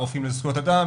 רופאים לזכויות אדם,